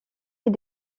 les